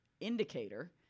indicator